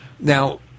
Now